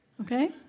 Okay